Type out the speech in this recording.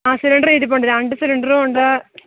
ആ സിലിണ്ടർ ഇരിപ്പുണ്ട് രണ്ടു സിലിണ്ടറും ഉണ്ട്